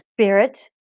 spirit